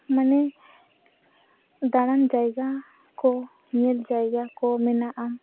ᱢᱟᱱᱮ ᱫᱟᱬᱟᱱ ᱡᱟᱭᱜᱟᱠᱚ ᱧᱮᱞ ᱡᱟᱭᱜᱟᱠᱚ ᱢᱮᱱᱟᱜᱼᱟ